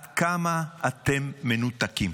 עד כמה אתם מנותקים,